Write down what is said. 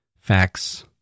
facts